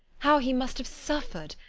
how he must have suffered,